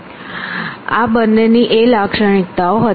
આ બંનેની આ બે લાક્ષણિકતાઓ હતી